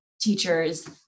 teachers